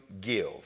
give